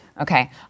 Okay